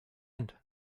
end